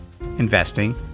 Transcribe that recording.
investing